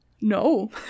No